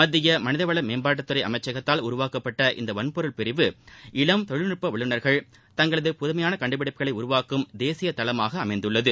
மத்திய மனிதவள மேம்பாட்டுத்துறை அமைச்சகத்தால் உருவாக்கப்பட்ட இந்த வன்பொருள் பிரிவு இளம் தொழில்நுட்ப வல்லுநர்கள் தங்களது புதுமைபான கண்டுபிடிப்புகளை உருவாக்கும் தேசிய தளமாக அமைந்துள்ளது